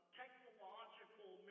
technological